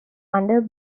under